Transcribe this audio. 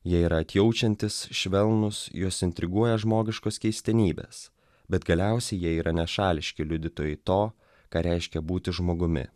jie yra atjaučiantys švelnūs juos intriguoja žmogiškos keistenybės bet galiausiai jie yra nešališki liudytojai to ką reiškia būti žmogumi